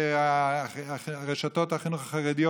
והרשתות החרדיות,